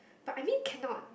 but I mean cannot